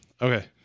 Okay